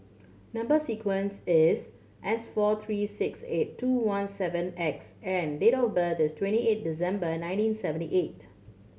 number sequence is S four three six eight two one seven X and date of birth is twenty eighth December nineteen seventy eight